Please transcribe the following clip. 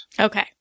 Okay